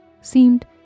seemed